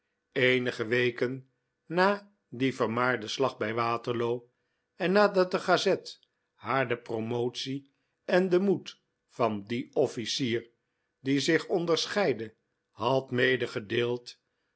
eenige weken na den vermaarden slag bij waterloo en nadat de gazette haar de promotie en den moed van dien officier die zich onderscheidde had